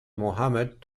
muhammad